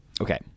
okay